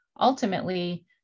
ultimately